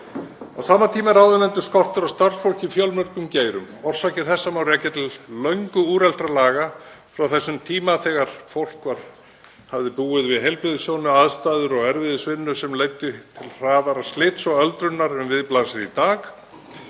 Á sama tíma er áðurnefndur skortur á starfsfólki í fjölmörgum geirum. Orsakir þess má rekja til löngu úreltra laga frá þeim tíma þegar fólk hafði búið við heilbrigðisógnandi aðstæður og erfiðisvinnu sem leiddu til hraðara slits og öldrunar en við blasir í dag